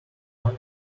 five